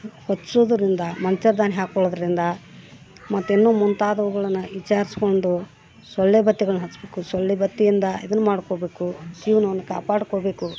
ಹಚ್ಚೋದ್ರಿಂದ ಮಂಚದಾನಿ ಹಾಕೋಳೋದ್ರಿಂದ ಮತ್ತಿನ್ನೂ ಮುಂತಾದವುಗಳನ ವಿಚಾರ್ಸ್ಕೊಂಡು ಸೊಳ್ಳೆ ಬತ್ತಿಗಳನ್ನು ಹಚ್ಚಬೇಕು ಸೊಳ್ಳೆ ಬತ್ತಿಯಿಂದ ಇದನ್ನು ಮಾಡ್ಕೋಬೇಕು ಜೀವ್ನವನ್ನು ಕಾಪಾಡ್ಕೋಬೇಕು